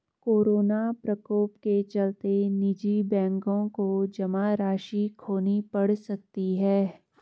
corona प्रकोप के चलते निजी बैंकों को जमा राशि खोनी पढ़ सकती है